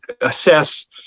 assess